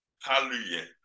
hallelujah